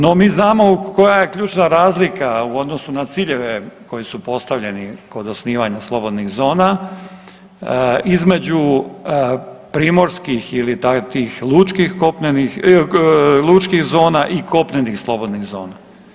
No mi znamo koja je ključna razlika u odnosu na ciljeve koji su postavljeni kod osnivanja slobodnih zona između primorskih ili tih lučkih zona i kopnenih slobodnih zona.